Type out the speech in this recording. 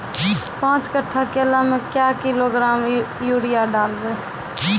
पाँच कट्ठा केला मे क्या किलोग्राम यूरिया डलवा?